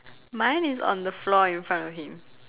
mine is on the floor in front of him